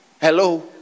Hello